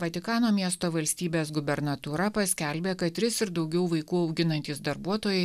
vatikano miesto valstybės gubernatūra paskelbė kad tris ir daugiau vaikų auginantys darbuotojai